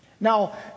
Now